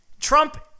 Trump